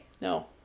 No